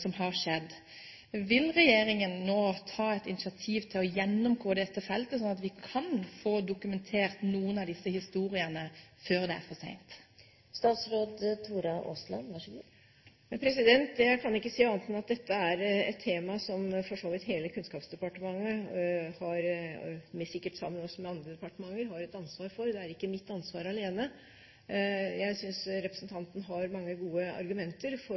har skjedd. Vil regjeringen nå ta et initiativ til å gjennomgå dette feltet slik at vi kan få dokumentert noen av disse historiene før det er for sent? Jeg kan ikke si annet en at dette er et tema som for så vidt hele Kunnskapsdepartementet – sikkert også sammen med andre departementer – har et ansvar for. Det er ikke mitt ansvar alene. Jeg synes representanten har mange gode argumenter for